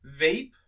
Vape